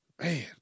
Man